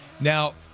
Now